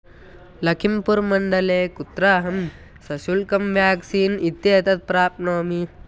लखिम्पुरमण्डले कुत्र अहं सशुल्कं व्याक्सीन् इत्येतत् प्राप्नोमि